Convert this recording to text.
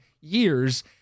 years